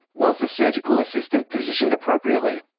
was the surgical assistant positioned appropriately?